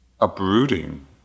uprooting